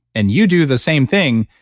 and you do the same thing,